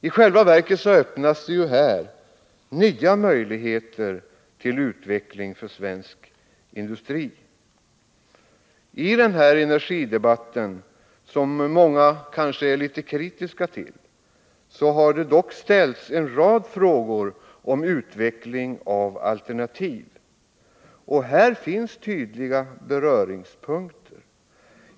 I själva verket öppnas det ju här nya möjligheter till utveckling för svensk industri. I energidebatten, som många kanske är litet kritiska till, har det dock ställts en rad frågor om utveckling av alternativ, och här finns tydliga beröringspunkter.